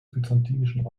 byzantinischen